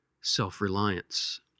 self-reliance